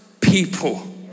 people